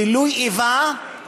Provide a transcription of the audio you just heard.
גילוי איבה,